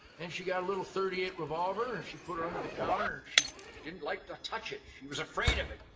and she got a little thirty eight revolver and she put her under the counter. she didn't like to touch it. she was afraid of it.